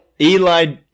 Eli